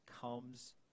comes